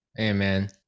amen